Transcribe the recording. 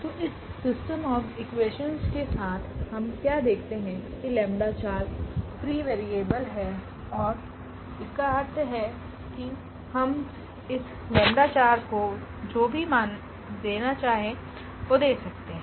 तो इस system of equations के साथ हम क्या देखते हैं कि लैमडा 4 फ्री वेरिएबल है और इसका अर्थ है कि हम इस लैमडा 4 को जो भी मान चाहे वह दे सकते हैं